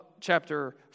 chapter